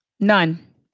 None